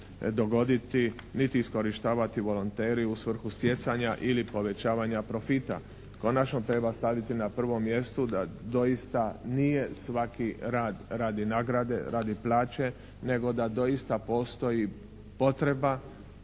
dogoditi niti iskorištavati volonteri u svrhu stjecanja ili povećavanja profita. Konačno treba staviti na prvom mjestu da doista nije svaki rad radi nagrade, radi plaće nego da doista postoji potreba